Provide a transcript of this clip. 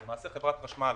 למעשה, חברת החשמל